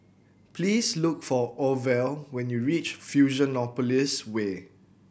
please look for Orvel when you reach Fusionopolis Way